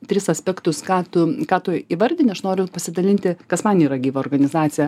tris aspektus ką tu ką tu įvardini aš noriu pasidalinti kas man yra gyva organizacija